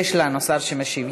יש לנו שר שמשיב.